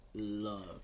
love